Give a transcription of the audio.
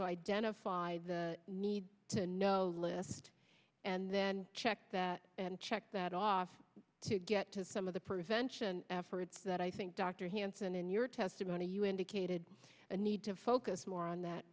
to identify the need to know list and then check that and check that off to get to some of the prevention efforts that i think dr hansen in your testimony you indicated a need to focus more on that